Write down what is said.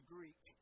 Greek